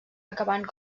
acabant